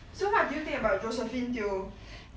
so what do you think about josephine teo